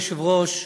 אדוני היושב-ראש,